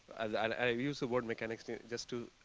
i use the word mechanistic just to